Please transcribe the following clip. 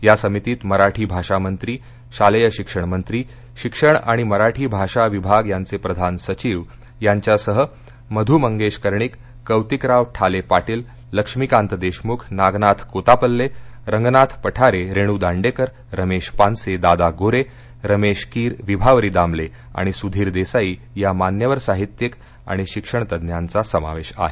या समितीत मराठी भाषा मंत्री शालेय शिक्षण मंत्री शिक्षण आणि मराठी भाषा विभाग यांचे प्रधान सचिव यांच्यासह मधु मंगेश कर्णिक कौतिकराव ठाले पार्शिल लक्ष्मीकांत देशमुख नागनाथ कोत्तापल्ले रंगनाथ पठारे रेणू दांडेकर रमेश पानसे दादा गोरे रमेश कीर विभावरी दामले आणि सुधीर देसाई या मान्यवर साहित्यिक आणि शिक्षण तज्ज्ञांचा समावेश आहे